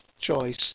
choice